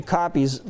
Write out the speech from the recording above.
copies